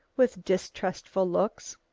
with distrustful looks.